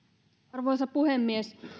arvoisa puhemies